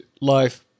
life